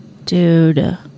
Dude